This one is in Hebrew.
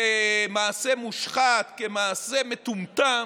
כמעשה מושחת, כמעשה מטומטם.